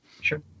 Sure